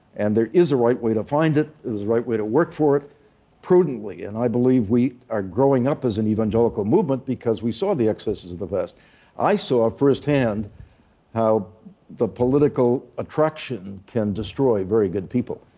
and there is a right way to find it. there is a right way to work for it prudently. and i believe we are growing up as an evangelical movement because we saw the excesses of the past i saw firsthand how the political attraction can destroy very good people.